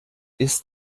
ist